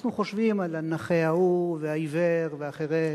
אנחנו חושבים על הנכה ההוא והעיוור והחירש.